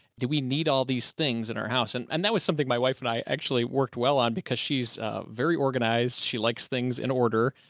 do we need all these things in our house and and that was something my wife and i actually worked well on because she's very organized. she likes things in order,